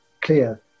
clear